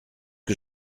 que